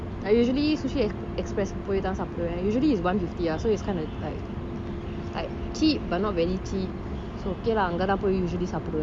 I usually eat sushi express பொய் தான்:poi thaan usually is one fifty ah so it's kind of like like cheap but not very cheap so okay lah அனேக தான் பொய் சாப்பிடுவான்:anaga thaan poi sapduvan